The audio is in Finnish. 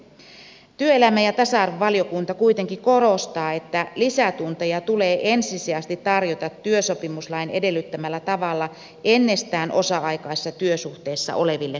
työelämä ja tasa arvovaliokunta kuitenkin korostaa että lisätunteja tulee ensisijaisesti tarjota työsopimuslain edellyttämällä tavalla ennestään osa aikaisessa työsuhteessa oleville työntekijöille